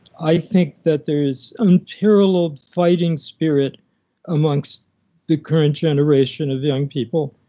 i think that there is unparalleled fighting spirit amongst the current generation of young people,